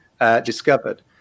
discovered